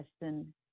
question